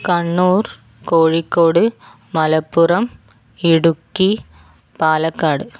Kannur Kozhikode Malappuram Idukki Palakkad